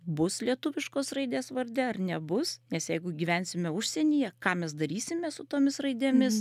bus lietuviškos raidės varde ar nebus nes jeigu gyvensime užsienyje ką mes darysime su tomis raidėmis